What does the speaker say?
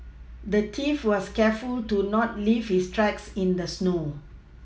the thief was careful to not leave his tracks in the snow